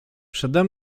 przede